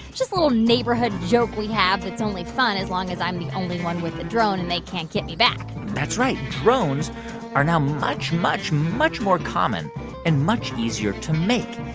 just a little neighborhood joke we have that's only fun as long as i'm the only one with the drone and they can't get me back that's right. drones are now much, much, much more common and much easier to make.